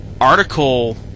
article